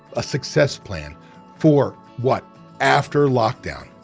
a success plan for what after lockdown.